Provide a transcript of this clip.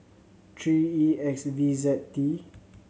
three E X V Z T